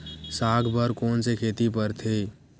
साग बर कोन से खेती परथे?